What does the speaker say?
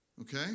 okay